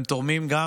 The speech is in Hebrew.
הם תורמים גם